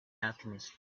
alchemist